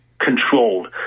controlled